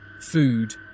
Food